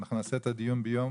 אנחנו נעשה את הדיון ביום